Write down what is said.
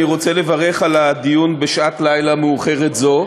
אני רוצה לברך על הדיון בשעת לילה מאוחרת זו.